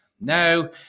Now